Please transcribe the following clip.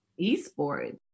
esports